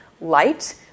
light